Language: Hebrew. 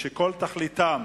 שכל תכליתם